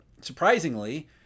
surprisingly